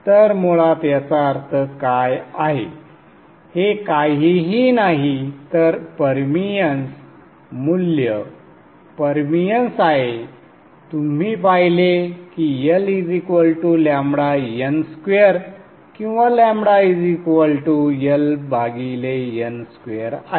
तर मुळात याचा अर्थ काय आहे हे काहीही नाही तर परमिअन्स मूल्यपरमिअन्स आहे तुम्ही पाहिले की LN2 किंवा LN2 आहे